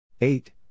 Eight